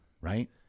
right